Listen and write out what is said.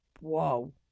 whoa